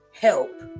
Help